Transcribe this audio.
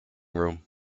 room